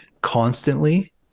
constantly